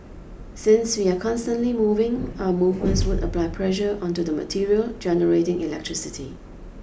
since we are constantly moving our movements would apply pressure onto the material generating electricity